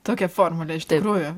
tokia formulė iš tikrųjų